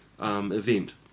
event